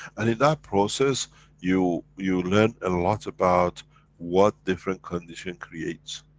and in that process you, you learn and a lot about what different conditions creates.